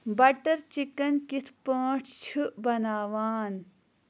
butter chicken کِتھ پٲٹھۍ چھُ بناوان